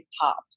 pop